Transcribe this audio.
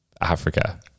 Africa